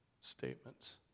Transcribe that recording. statements